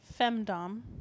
femdom